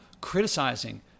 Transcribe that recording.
criticizing